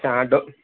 جی ہاں ڈو